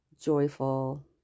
joyful